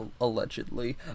allegedly